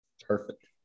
Perfect